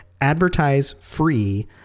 advertise-free